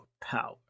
power